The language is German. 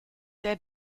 der